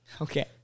Okay